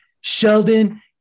Sheldon